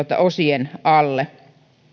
osien alle